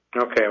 Okay